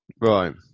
Right